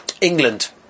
England